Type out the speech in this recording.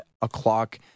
o'clock